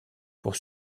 pour